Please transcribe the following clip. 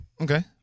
Okay